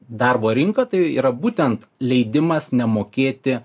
darbo rinką tai yra būtent leidimas nemokėti